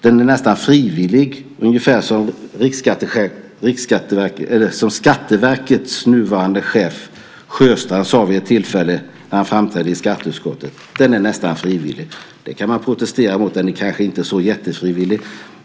Den är nästan frivillig, som Skatteverkets nuvarande chef Mats Sjöstrand sade vid ett tillfälle när han framträdde i skatteutskottet. Det kan man protestera mot. Den kanske inte är så jättefrivillig.